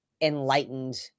enlightened